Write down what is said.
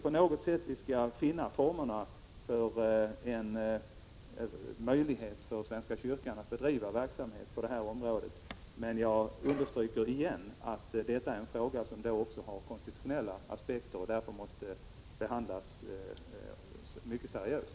På något sätt skall vi finna en möjlighet för svenska kyrkan att bedriva verksamhet på detta område. Men jag understryker igen att denna fråga har också konstitutionella aspekter, varför den måste behandlas mycket seriöst.